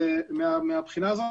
ומהבחינה הזאת,